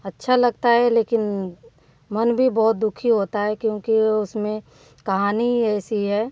अच्छा लगता है लेकिन मन भी बहुत दु खी होता है क्योंकि उसमें कहानी ही ऐसी है